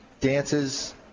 dances